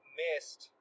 missed